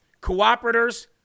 cooperators